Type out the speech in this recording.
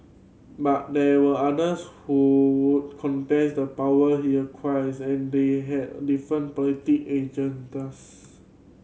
but there were others who would contest the power he acquires and they had different agendas